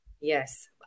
Yes